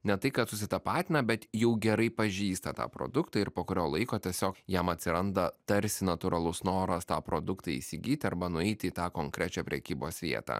ne tai kad susitapatina bet jau gerai pažįsta tą produktą ir po kurio laiko tiesiog jam atsiranda tarsi natūralus noras tą produktą įsigyti arba nueiti į tą konkrečią prekybos vietą